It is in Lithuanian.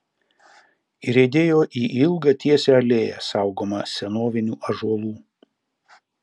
įriedėjo į ilgą tiesią alėją saugomą senovinių ąžuolų